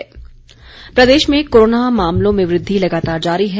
Himachal corona Pradesh में corona मामलों में वृद्धि लगातार जारी है